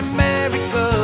America